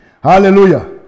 Hallelujah